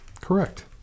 Correct